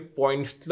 points